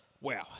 Wow